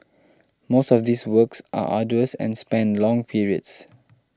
most of these works are arduous and span long periods